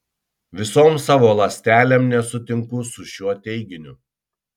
visom savo ląstelėm nesutinku su šiuo teiginiu